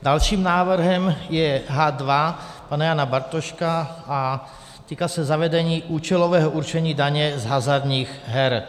Dalším návrhem je H2 pana Jana Bartoška a týká se zavedení účelového určení daně z hazardních her.